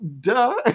duh